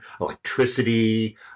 electricity